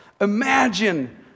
imagine